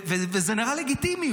וזה נראה לגיטימי.